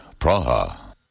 Praha